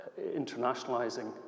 internationalizing